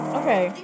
okay